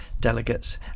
delegates